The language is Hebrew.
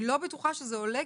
אני לא בטוחה שזה עולה,